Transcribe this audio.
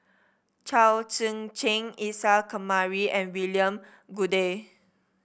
Chao Tzee Cheng Isa Kamari and William Goode